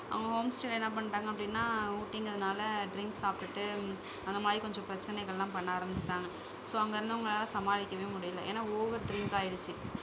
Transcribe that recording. அவங்க ஹோம் ஸ்டேயில் என்ன பண்ணிட்டாங்க அப்படின்னா ஊட்டிங்கறதுனால் ட்ரிங்ஸ் சாப்பிட்டுட்டு அந்த மாதிரி கொஞ்சம் பிரச்சினைகள்லாம் பண்ண ஆரம்மிச்சிட்டாங்க ஸோ அங்கே இருந்தவங்களால சமாளிக்கவே முடியலை ஏன்னால் ஓவர் ட்ரிங் ஆயிடுச்சி